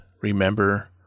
remember